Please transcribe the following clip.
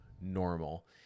normal